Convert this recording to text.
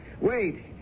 Wait